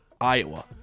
Iowa